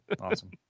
Awesome